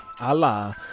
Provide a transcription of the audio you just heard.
Allah